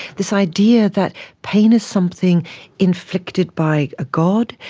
this idea that pain is something inflicted by a god,